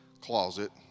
closet